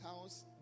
house